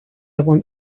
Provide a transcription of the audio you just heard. want